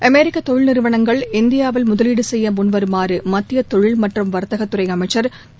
அமெரிக்க தொழில் நிறுவளங்கள் இந்தியாவில் முதலீடு செய்ய முன்வருமாறு மத்திய தொழில் மற்றம் வர்த்தகத்துறை அமைச்சா் திரு